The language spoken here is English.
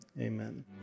Amen